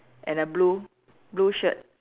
and a blue blue shirt